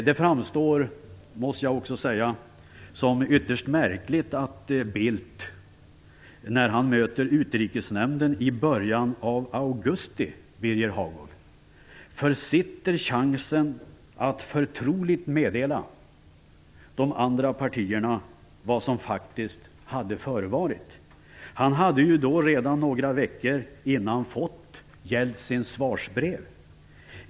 Jag måste också säga att det framstår som ytterst märkligt att Bildt när han möter Utrikesnämnden i början av augusti, Birger Hagård, försitter chansen att förtroligt meddela de andra partierna vad som faktiskt hade förevarit. Han hade ju då redan några veckor tidigare fått Jeltsins svarsbrev.